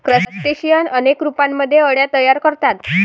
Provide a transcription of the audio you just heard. crustacean अनेक रूपांमध्ये अळ्या तयार करतात